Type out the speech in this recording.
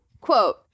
Quote